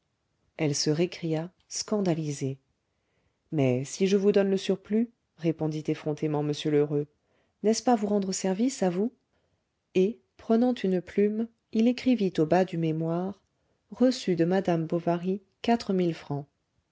elle se récria scandalisée mais si je vous donne le surplus répondit effrontément m lheureux n'est-ce pas vous rendre service à vous et prenant une plume il écrivit au bas du mémoire reçu de madame bovary quatre mille francs